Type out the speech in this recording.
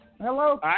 Hello